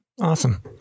Awesome